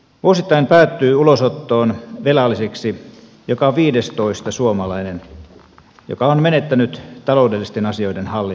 vuosittain päätyy ulosottoon velalliseksi joka viidestoista suomalainen joka on menettänyt taloudellisten asioiden hallintansa